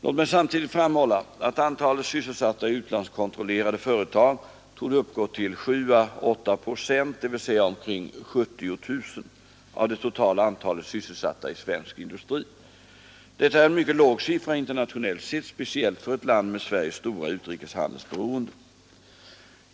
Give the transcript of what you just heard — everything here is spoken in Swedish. Låt mig samtidigt framhålla att antalet sysselsatta i utlandskontrollerade företag torde uppgå till 7—8 procent — dvs. omkring 70 000 — av det totala antalet sysselsatta i svensk industri. Detta är en mycket låg siffra internationellt sett, speciellt för ett land med Sveriges stora utrikeshandelsberoende.